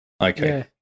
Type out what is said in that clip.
Okay